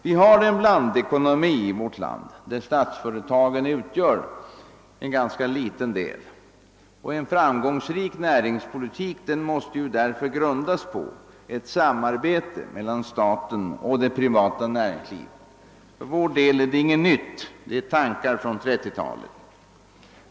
Vi har en blandekonomi i vårt land, där statsföretagen utgör en ganska liten del. En framgångsrik näringspolitik måste därför grundas på ett samarbete mellan staten och det privata näringslivet. För vår del är detta ingenting nytt; det är tankar sedan 1930-talet.